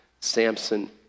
Samson